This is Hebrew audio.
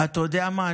אתה יודע מה,